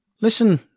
Listen